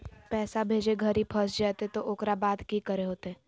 पैसा भेजे घरी फस जयते तो ओकर बाद की करे होते?